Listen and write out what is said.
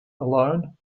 alone